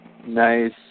Nice